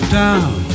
down